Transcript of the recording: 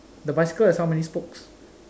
the bicycle has how many spokes